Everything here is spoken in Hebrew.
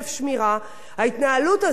ההתנהלות הזאת של ראש הממשלה,